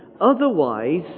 Otherwise